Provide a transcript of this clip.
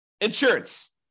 insurance